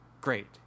great